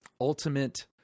ultimate